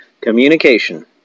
communication